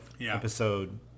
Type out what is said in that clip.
episode